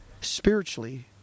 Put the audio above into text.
spiritually